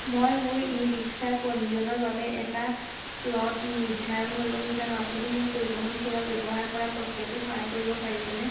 মই মোৰ ই ৰিক্সাৰ পঞ্জীয়নৰ বাবে এটা স্লট নিৰ্ধাৰণ কৰিব বিচাৰোঁঁ আপুনি মোক পৰিবহণ সেৱা ব্যৱহাৰ কৰা প্ৰক্ৰিয়াটোত সহায় কৰিব পাৰিবনে